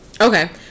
Okay